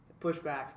pushback